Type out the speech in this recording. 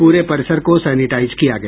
पूरे परिसर को सेनिटाईज किया गया